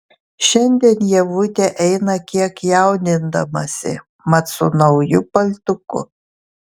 šiandien ievutė eina kiek jaudindamasi mat su nauju paltuku